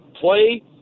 play